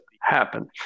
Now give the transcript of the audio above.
happen